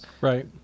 right